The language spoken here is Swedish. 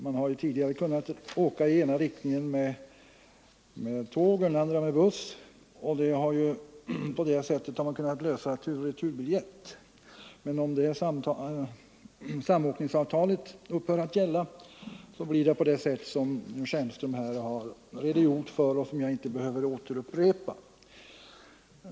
Man har tidigare kunnat åka i ena riktningen med tåg och i den andra med buss och därvid kunnat lösa turoch returbiljett. Men om samåkningsavtalet upphör att gälla så blir det på det sätt som herr Stjernström här har redogjort för och som jag inte behöver upprepa.